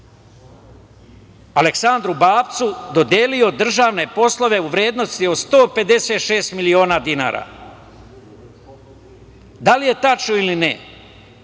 Aleksandru Babcu dodelio državne poslove u vrednosti od 156 miliona dinara? Da li je tačno ili ne,